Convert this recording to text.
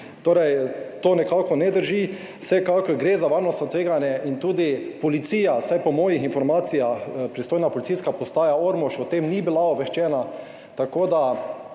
Torej to nekako ne drži. Vsekakor gre za varnostno tveganje in tudi policija, vsaj po mojih informacijah, pristojna Policijska postaja Ormož o tem ni bila obveščena. Tako da